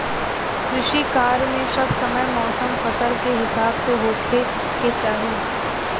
कृषि कार्य मे सब समय मौसम फसल के हिसाब से होखे के चाही